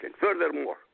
Furthermore